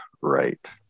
right